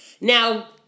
Now